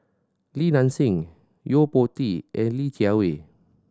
Li Nanxing Yo Po Tee and Li Jiawei